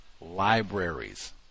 libraries